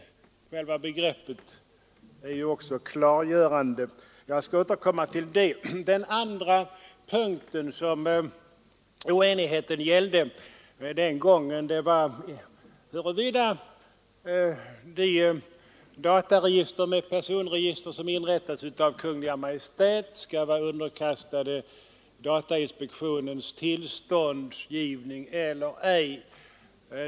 Själva begreppet är ju också klargörande. Jag skall återkomma till detta. Oenigheten gällde den gången också huruvida personregister som inrättades av Kungl. Maj:t skulle vara underkastade datainspektionens tillståndsgivning eller ej.